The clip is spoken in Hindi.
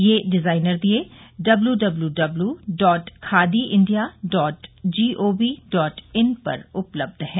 ये डिजाइनर दीये W W W dot Khadi India dot G O V dot in पर उपलब्ध हैं